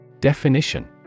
Definition